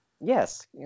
Yes